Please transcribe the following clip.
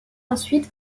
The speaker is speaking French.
ensuite